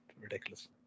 ridiculous